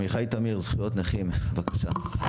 עמיחי תמיר, זכויות נכים, בבקשה.